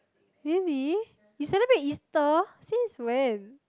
really you celebrate Easter since when